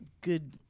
good